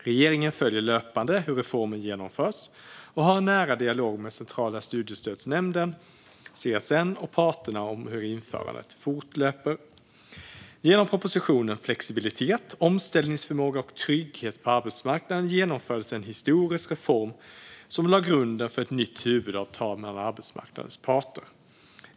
Regeringen följer löpande hur reformen genomförs och har en nära dialog med Centrala studiestödsnämnden, CSN, och parterna om hur införandet fortlöper. Genom propositionen Flexibilitet, omställningsförmåga och trygghet på arbetsmarknaden genomfördes en historisk reform som lade grunden för ett nytt huvudavtal mellan arbetsmarknadens parter.